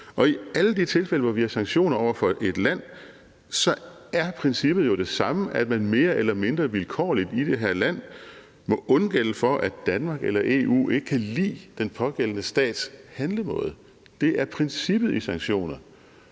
og i alle de tilfælde, hvor vi har sanktioner over for et land, er princippet jo det samme, nemlig at man mere eller mindre vilkårligt i det her land må undgælde for, at Danmark eller EU ikke kan lide den pågældende stats handlemåde. Det er princippet i sanktioner,